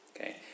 Okay